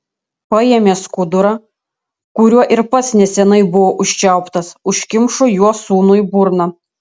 paėmė skudurą kuriuo ir pats neseniai buvo užčiauptas užkimšo juo sūnui burną